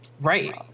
Right